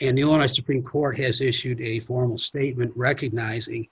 and you want to supreme court has issued a formal statement recognizing